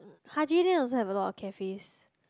Haji-Lane also have a lot of cafes